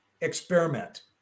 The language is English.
experiment